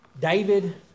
David